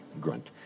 grunt